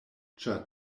ĉar